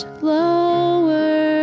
lower